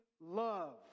love